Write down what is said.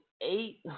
eight